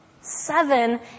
Seven